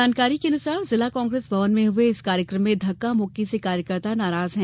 जानकारी के मुताबिक जिला कांग्रेस भवन में हुये इस कार्यक्रम में धक्का मुक्की से कार्यकर्ता नाराज हैं